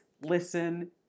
listen